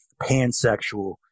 pansexual